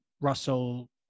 Russell